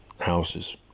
houses